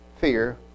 fear